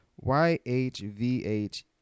Y-H-V-H